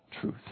truth